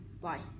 bye